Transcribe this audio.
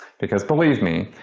because believe me,